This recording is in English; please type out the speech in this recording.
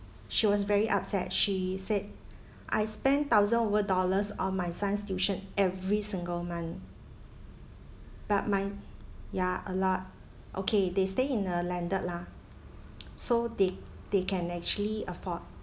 she was very upset she said I spend thousand over dollars on my son's tuition every single month but my ya a lot okay they stay in a landed lah so they they can actually afford